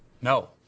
No